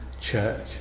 church